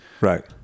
Right